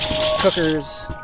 cookers